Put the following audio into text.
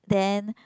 then